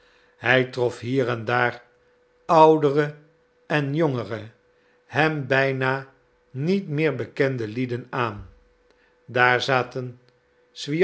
hij trof hier en daar oudere en jongere hem bijna niet meer bekende lieden aan daar zaten